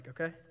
okay